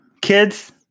Kids